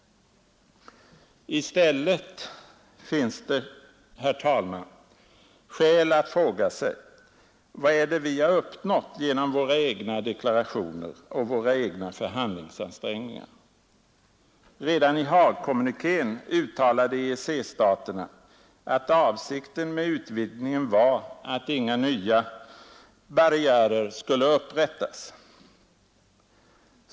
I stället finns det, herr talman, skäl att fråga sig: Vad är det vi har uppnått genom våra egna deklarationer och våra egna förhandlingsansträngningar? EEC-staterna har själva uttalat att avsikten med utvidgningen var att inga nya tullhinder skulle upprättas.